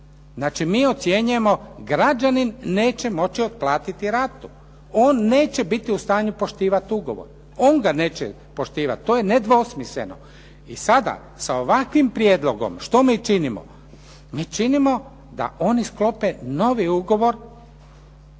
Znači, mi ocjenjujemo građanin neće moći otplatiti ratu. On neće biti u stanju poštivati ugovor. On ga neće poštivati, to je nedvosmisleno. I sada sa ovakvim prijedlogom, što mi činimo? Mi činimo da oni sklope novi ugovor